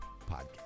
podcast